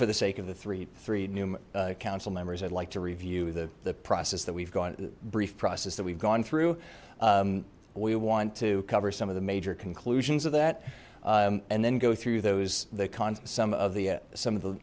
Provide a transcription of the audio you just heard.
for the sake of the three three new council members i'd like to review the the process that we've gone brief process that we've gone through we want to cover some of the major conclusions of that and then go through those the cons of some of the some of the